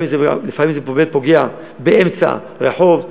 לפעמים זה באמת פוגע באמצע רחוב,